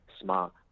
smart